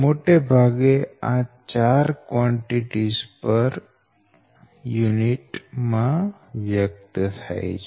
મોટે ભાગે આ ચાર કવાંટીટીઝ પર યુનિટ માં વ્યક્ત થાય છે